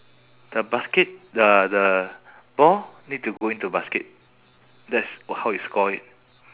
the basket the the ball need to go into the basket that's how you score it